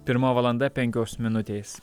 pirma valanda penkios minutės